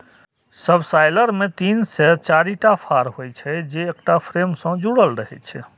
subsoiler मे तीन से चारिटा फाड़ होइ छै, जे एकटा फ्रेम सं जुड़ल रहै छै